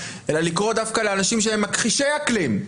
אלא לקרוא דווקא לאנשים שהם מכחישי אקלים,